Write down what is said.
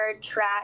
track